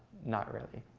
not really.